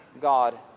God